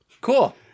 cool